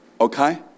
Okay